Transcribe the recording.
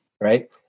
right